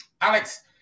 Alex